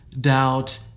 doubt